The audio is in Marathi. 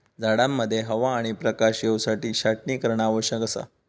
झाडांमध्ये हवा आणि प्रकाश येवसाठी छाटणी करणा आवश्यक असा